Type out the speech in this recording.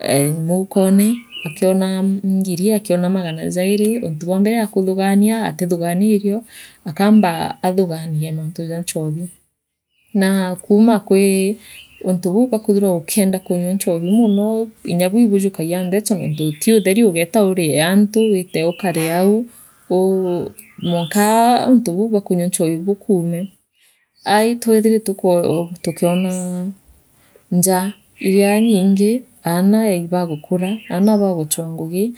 ee moukone, akiona ngiri, akiona magana jairi, untu bwa mbere akuthugania atithugania irio akamba athuganie mantu ja nchoabi naa kuma kii unto bau bwa kwithirwa ukienda konywa nchoobo, mori inya bui ibujukagia mbecha nonto ti uthen oou ugeeta uree antu, wite urare au, uu, mwarika untu bou bwa kunyua nchoobu bokuume. Itwithiritwe tukiona nja iria nyingi, aana. ibagukura, aana baagochoa ngugii.